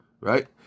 right